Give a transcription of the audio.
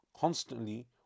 constantly